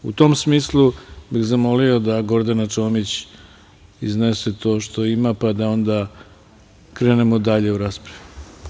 U tom smislu bih zamolio da Gordana Čomić iznese to što ima, pa da onda krenemo dalje u raspravu.